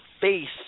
face